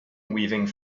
weaving